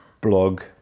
blog